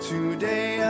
Today